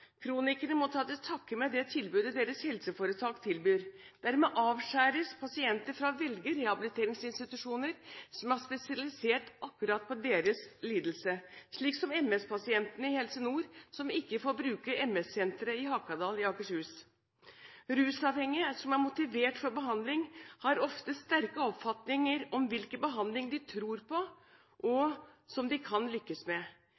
Kronikerne må ta til takke med det tilbudet deres helseforetak tilbyr. Dermed avskjæres pasientene fra å velge rehabiliteringsinstitusjoner som er spesialisert på akkurat deres lidelse, slik som MS-pasientene i Helse Nord, som ikke får bruke MS-Senteret i Hakadal i Akershus. Rusavhengige som er motivert for behandling, har ofte sterke oppfatninger om hvilken behandling de tror på og som de kan lykkes med.